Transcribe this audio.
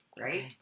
Right